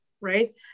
right